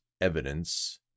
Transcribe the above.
evidence